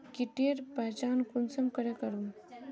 कीटेर पहचान कुंसम करे करूम?